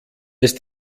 ist